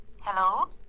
Hello